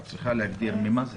את צריכה להגדיר ממה זה?